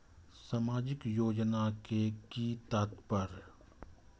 सामाजिक योजना के कि तात्पर्य?